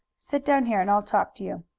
sit down here and i'll talk to you.